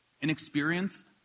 inexperienced